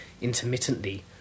intermittently